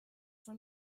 for